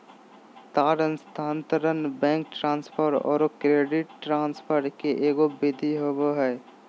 तार स्थानांतरण, bank transfer औरो क्रेडिट ट्रांसफ़र के एगो विधि होबो हइ